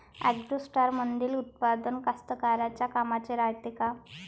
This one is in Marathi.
ॲग्रोस्टारमंदील उत्पादन कास्तकाराइच्या कामाचे रायते का?